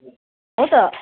हो त